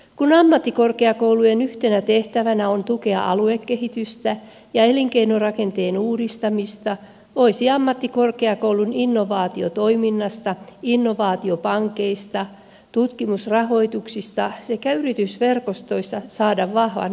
kun ammattikorkeakoulujen yhtenä tehtävänä on tukea aluekehitystä ja elinkeinorakenteen uudistamista voisi ammattikorkeakoulun innovaatiotoiminnasta innovaatiopankeista tutkimusrahoituksista sekä yritysverkostoista saada vahvan kehittämisklusterin